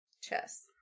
Chess